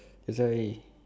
that's why